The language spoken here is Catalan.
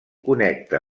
connecta